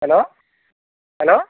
hello hello